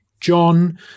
John